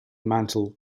mantle